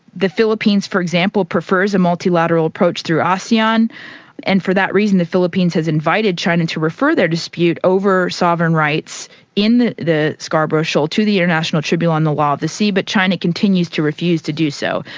the philippines, for example, prefers a multilateral approach through ah asean and for that reason the philippines has invited china to refer their dispute over sovereign rights in the the scarborough shoal to the international tribunal on the law of the sea, but china continues to refuse to do so.